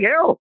hell